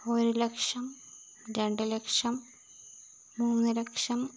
ഒരു ലക്ഷം രണ്ട് ലക്ഷം മൂന്ന് ലക്ഷം